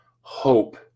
hope